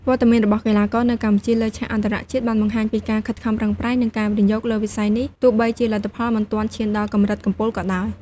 វត្តមានរបស់កីឡាករកម្ពុជានៅលើឆាកអន្តរជាតិបានបង្ហាញពីការខិតខំប្រឹងប្រែង និងការវិនិយោគលើវិស័យនេះ ទោះបីជាលទ្ធផលមិនទាន់ឈានដល់កម្រិតកំពូលក៏ដោយ។